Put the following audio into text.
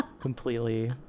completely